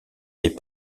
des